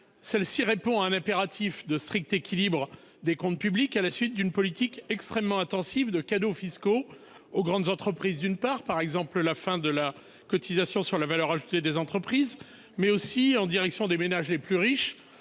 Celle-ci répond à un impératif de strict équilibre des comptes publics, à la suite d'une politique extrêmement intensive de cadeaux fiscaux aux grandes entreprises d'une part par exemple la fin de la cotisation sur la valeur ajoutée des entreprises, mais aussi en direction des ménages les plus riches,